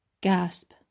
gasp